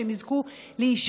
שהם יזכו להישמע,